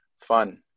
fun